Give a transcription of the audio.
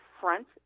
front